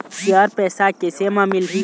Share पैसा कैसे म मिलही?